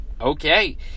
okay